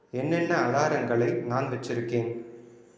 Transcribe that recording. என்னென்ன அலாரங்களை நான் வைச்சிருக்கேன்